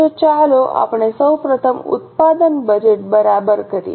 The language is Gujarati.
તો ચાલો આપણે સૌ પ્રથમ ઉત્પાદન બજેટ બરાબર કરીએ